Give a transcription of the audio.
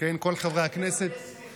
פסל, רוטמן ומלול, כל חברי הכנסת, תבקש סליחה.